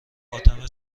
فاطمه